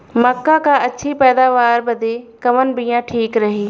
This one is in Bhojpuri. मक्का क अच्छी पैदावार बदे कवन बिया ठीक रही?